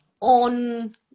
on